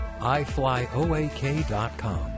iFlyOAK.com